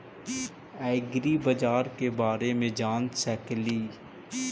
ऐग्रिबाजार के बारे मे जान सकेली?